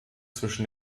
zwischen